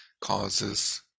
causes